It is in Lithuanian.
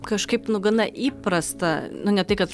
kažkaip nu gana įprasta nu ne tai kad